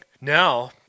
Now